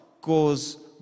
cause